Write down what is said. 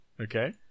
okay